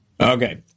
Okay